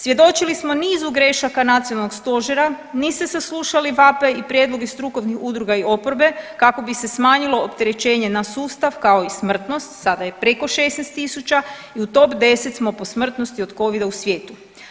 Svjedočili smo nizu grešaka nacionalnog stožera, niste saslušali vapaj i prijedloge strukovnih udruga i oporbe kako bi se smanjilo opterećenje na sustav kao i smrtnost, sada je preko 16.000 i u top 10 smo po smrtnosti od Covida u svijetu.